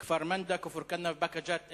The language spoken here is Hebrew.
כפר-מנדא, כפר-כנא ובאקה-ג'ת?